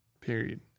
period